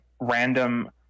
random